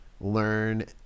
learn